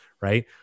right